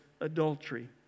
adultery